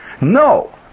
no